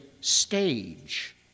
stage